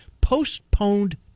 Postponed